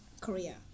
Korea